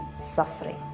suffering